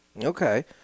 Okay